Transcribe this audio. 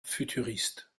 futuriste